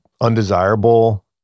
undesirable